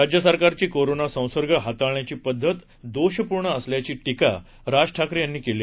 राज्य सरकारची कोरोना संसर्ग हाताठम्याची पद्धत दोषपूर्ण असल्याची टीका राज ठाकरे यांनी केली